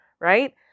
Right